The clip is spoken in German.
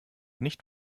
nicht